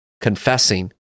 confessing